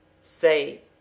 Say